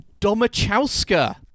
domachowska